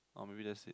or maybe that's it